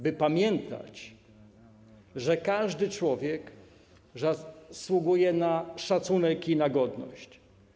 By pamiętać, że każdy człowiek zasługuje na szacunek i na godność.